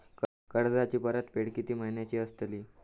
कर्जाची परतफेड कीती महिन्याची असतली?